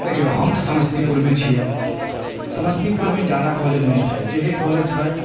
देखिऔ हम तऽ समस्तीपुरमे छियै समस्तीपुरमे जादा कॉलेज नहि छै जेहे कॉलेज छै